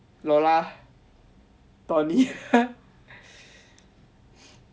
lola doni